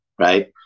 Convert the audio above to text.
Right